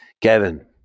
Kevin